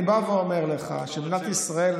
אני בא ואומר לך שמדינת ישראל,